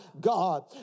God